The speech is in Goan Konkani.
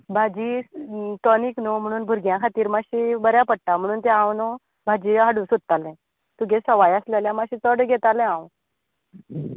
भाजी टॉनीक न्हय म्हणून भुरग्या खातीर मातशे बऱ्या पडटा म्हणून तें हांव न्हय भाजी हाडूं सोदतालें तुगे सवाय आसलें जाल्या मातशी चड घेतालें हांव